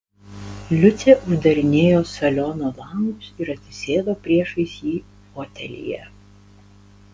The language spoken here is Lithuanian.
liucė uždarinėjo saliono langus ir atsisėdo priešais jį fotelyje